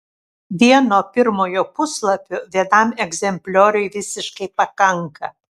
vieno pirmojo puslapio vienam egzemplioriui visiškai pakanka